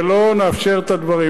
ולא נאפשר את הדברים.